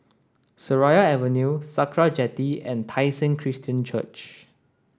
Seraya Avenue Sakra Jetty and Tai Seng Christian Church